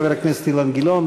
חבר הכנסת אילן גילאון,